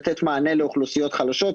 רצו לתת מענה לאוכלוסיות חלשות,